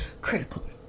critical